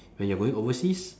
when you are going overseas